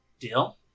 Deal